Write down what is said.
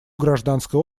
гражданское